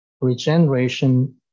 regeneration